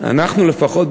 אנחנו לפחות,